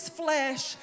flesh